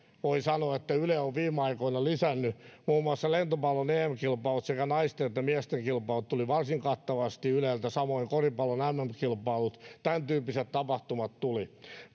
yle on viime aikoina lisännyt muun muassa lentopallon em kilpailut sekä naisten että miesten kilpailut tulivat varsin kattavasti yleltä samoin koripallon mm kilpailut tämäntyyppiset tapahtumat tulivat